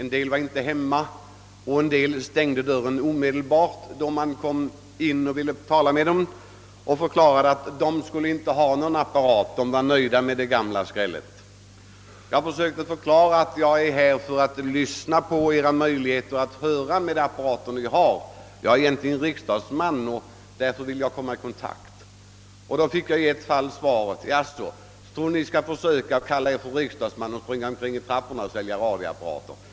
Några var inte hemma, och somliga stängde omedelbart dörren, när jag ville tala med dem, och förklarade att de inte skulle ha någon ny apparat. De var nöjda med som någon sade »det gamla skrället». Jag försökte förklara att jag bara var där för att undersöka möjligheterna att höra på de apparater de hade. Jag är egentligen riksdagsman och vill därför komma i kontakt med Er, sade jag. Då fick jag i ett fall till svar: »Jaså, Ni försöker kalla Er riksdagsman och springer omkring i trapporna och säljer radioapparater.